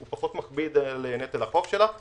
הוא פחות מכביד על יתר החוב שלה.